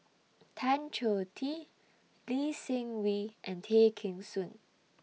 Tan Choh Tee Lee Seng Wee and Tay Kheng Soon